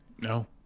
No